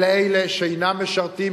לאלה שאינם משרתים,